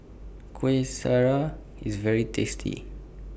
Kueh Syara IS very tasty